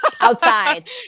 Outside